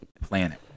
planet